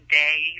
day